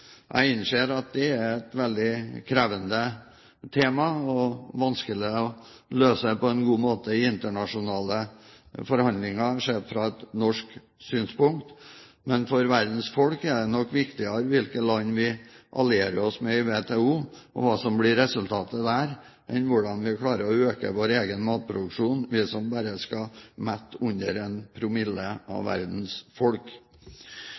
Jeg innser at dette er et veldig krevende tema og vanskelig å løse på en god måte i internasjonale forhandlinger, sett fra et norsk synspunkt, men for verdens folk er det nok viktigere hvilke land vi allierer oss med i WTO, og hva som blir resultatet der, enn hvordan vi klarer å øke vår egen matproduksjon, vi som bare skal mette under 1 promille av verdens folk.